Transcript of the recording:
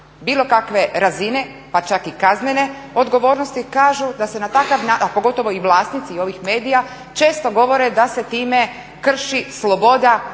bilo kakve razine pa čak i kaznene odgovornosti kažu da se na takav način, a pogotovo vlasnici ovih medija, često govore da se time krši sloboda